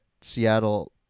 Seattle